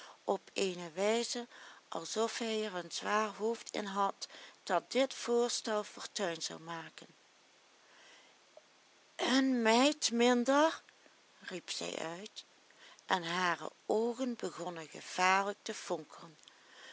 op eene wijze alsof hij er een zwaar hoofd in had dat dit voorstel fortuin zou maken een meid minder riep zij uit en hare oogen begonnen gevaarlijk